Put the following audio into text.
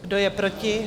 Kdo je proti?